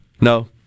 No